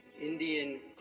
Indian